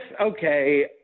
okay